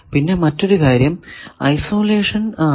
പിന്നെ മറ്റൊരു കാര്യം ഐസൊലേഷൻ ആണ്